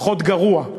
פחות גרוע,